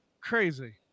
crazy